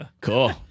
cool